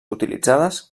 utilitzades